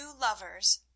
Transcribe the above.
lovers